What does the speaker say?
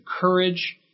courage